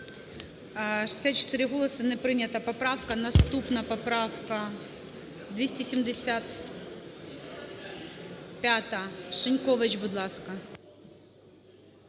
64 голоси. Не прийнята поправка. Наступна поправка – 275. Шинькович, будь ласка.